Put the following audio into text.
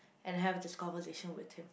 and have this conversation with him